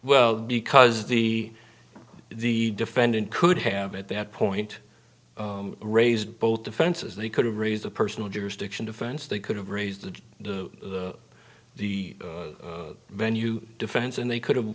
well because the the defendant could have at that point raised both defenses they could raise the personal jurisdiction defense they could have raised to the venue defense and they could